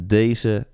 deze